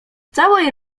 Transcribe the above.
całej